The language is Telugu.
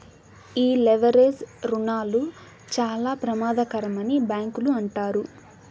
ఈ లెవరేజ్ రుణాలు చాలా ప్రమాదకరమని బ్యాంకులు అంటారు